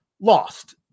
lost